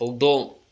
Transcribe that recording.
ꯍꯧꯗꯣꯡ